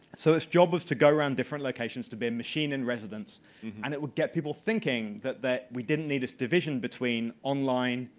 so its job was to go around different locations to be a machine in residence and it would get people thinking that that we didn't need a divisions between online,